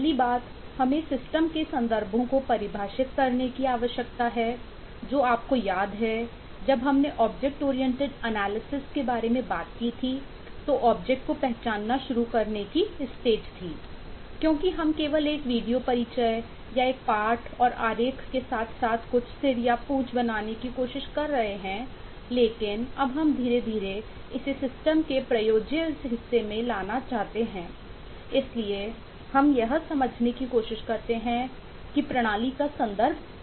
पहली बात हमें सिस्टम के प्रयोज्य हिस्से में लाना चाहते हैं इसलिए हम यह समझने की कोशिश करते हैं कि प्रणाली का संदर्भ क्या है